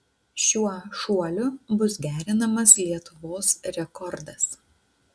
šiuo šuoliu bus gerinamas lietuvos rekordas